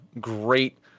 great